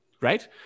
right